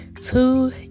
two